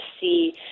see